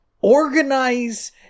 organize